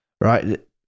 right